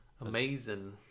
Amazing